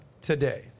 today